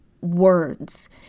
words